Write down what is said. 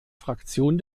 fraktion